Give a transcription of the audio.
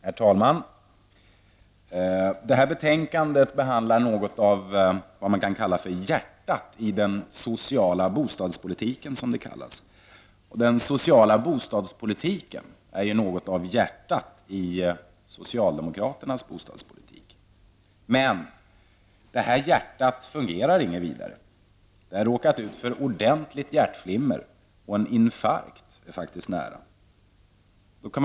Herr talman! I det här betänkandet behandlas något av vad man kan kalla för hjärtat i den sociala bostadspolitiken. Den sociala bostadspolitiken är också något av hjärtat i socialdemokraternas bostadspolitik. Men detta hjärta fungerar inget vidare. Det har råkat ut för ett ordentligt flimmer, och en infarkt är faktiskt nära förestående.